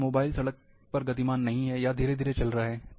अगर मोबाइल सड़क पर गतिमान नहीं है या धीरे धीरे चल रहा है